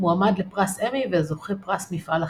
מועמד לפרס אמי וזוכה פרס מפעל חיים.